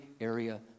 area